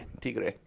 Tigre